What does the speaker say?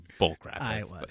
bullcrap